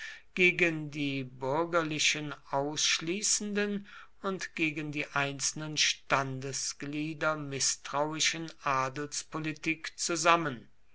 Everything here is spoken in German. gegen die bürgerlichen ausschließenden und gegen die einzelnen standesglieder mißtrauischen adelspolitik zusammen